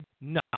no